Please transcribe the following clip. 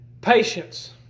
patience